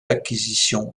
acquisition